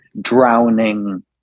drowning